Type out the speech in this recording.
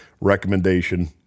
recommendation